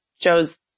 joe's